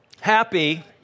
happy